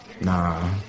nah